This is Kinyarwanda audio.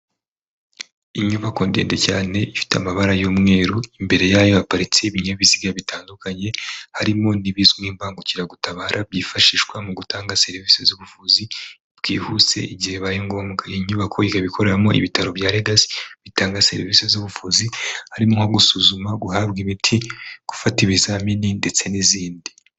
Inyubako ndende cyane ifite amabara y'umweru imbere y'ayo haparitse y'ibinyabiziga bitandukanye, harimo n'ibizwi nk'imbangukiragutabara byifashishwa mu gutanga serivisi z'ubuvuzi bwihuse igihe bibaye ngombwa. Iyi nyubako ikaba ikoreramo ibitaro bya legasi bitanga serivisi z'ubuvuzi harimo nko gusuzuma, guhabwa imiti, gufata ibizamini, ndetse n'izindi.